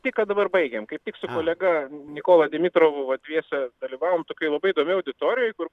tai ką dabar baigiame kaip tik su kolega nikola dimitrovu va dviese dalyvavom tokioj labai įdomioj auditorijoje kur